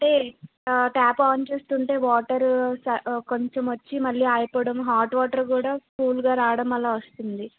అంటే tap on చేస్తుంటే water స కొంచెం వచ్చి మళ్ళీ ఆగిపోవడం హాట్ వాటర్ కూడా కూల్గా రావడం అలా వస్తుంది